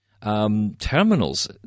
Terminals